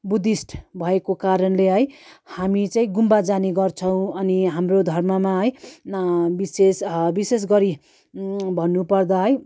Buddhist भएको कारणले है हामी चाहिँ गुम्बा जाने गर्छौँ अनि हाम्रो धर्ममा है विशेष विशेष गरि भन्नुपर्दा है